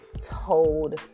told